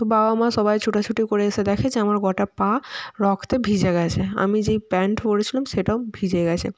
তো বাবা মা সবাই ছোটাছুটি করে এসে দেখে যে আমার গোটা পা রক্তে ভিজে গিয়েছে আমি যেই প্যান্ট পরে ছিলাম সেটাও ভিজে গিয়েছে